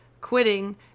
quitting